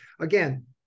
Again